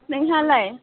नोंहालाय